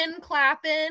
clapping